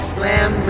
Slam